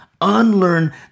unlearn